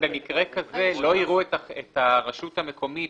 שבמקרה כזה לא יראו את הרשות המקומית